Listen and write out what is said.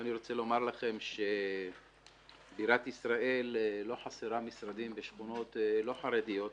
אני רוצה לומר לכם שבירת ישראל לא חסרה משרדים בשכונות לא חרדיות.